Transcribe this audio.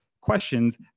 questions